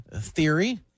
theory